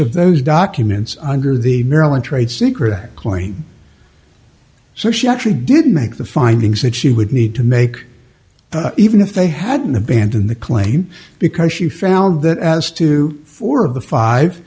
of those documents under the marilyn trade secret claim so she actually didn't make the findings that she would need to make even if they hadn't abandon the claim because she found that as to four of the five